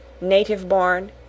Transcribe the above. native-born